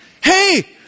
Hey